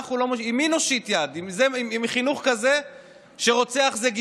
לא מספיק שרוצחים אותנו,